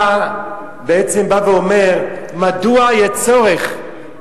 אתה בעצם בא ואומר: מדוע יהיה צורך,